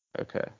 Okay